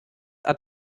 are